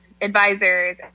advisors